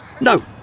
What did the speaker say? No